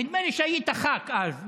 נדמה לי שהיית ח"כ אז.